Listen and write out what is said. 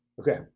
Okay